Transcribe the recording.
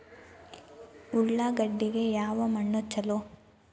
ಉಳ್ಳಾಗಡ್ಡಿಗೆ ಯಾವ ಮಣ್ಣು ಛಲೋ?